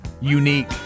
unique